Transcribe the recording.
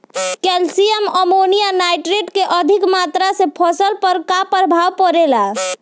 Calcium ammonium nitrate के अधिक मात्रा से फसल पर का प्रभाव परेला?